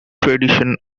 tradition